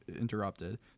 interrupted